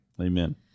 Amen